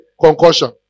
concussion